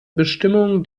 bestimmung